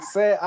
Say